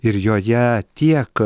ir joje tiek